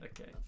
Okay